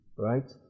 right